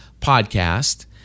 podcast